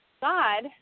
God